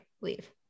Leave